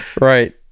Right